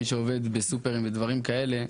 מי שעובד בסופרים ודברים כאלה,